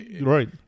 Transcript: right